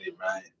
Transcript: right